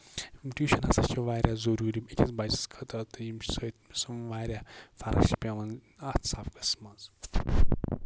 tuition ہسا چھُ واریاہ ضروٗری أکِس بَچس خٲطرٕ تہ ییٚمہِ سۭتۍ سُہ واریاہ فرق چھِ پیٚوان اَتھ سَبقس منٛز